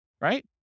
right